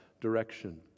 direction